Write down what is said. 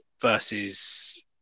versus